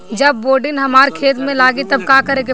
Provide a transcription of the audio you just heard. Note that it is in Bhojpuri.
जब बोडिन हमारा खेत मे लागी तब का करे परी?